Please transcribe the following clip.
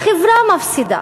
החברה מפסידה,